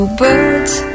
birds